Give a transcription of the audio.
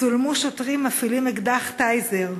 צולמו שוטרים מפעילים אקדח "טייזר"